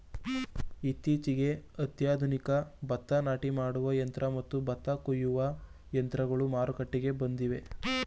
ಇತ್ತೀಚೆಗೆ ಅತ್ಯಾಧುನಿಕ ಭತ್ತ ನಾಟಿ ಮಾಡುವ ಯಂತ್ರ ಮತ್ತು ಭತ್ತ ಕೊಯ್ಯುವ ಯಂತ್ರಗಳು ಮಾರುಕಟ್ಟೆಗೆ ಬಂದಿವೆ